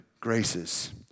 graces